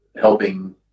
helping